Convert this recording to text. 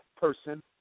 person